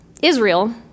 Israel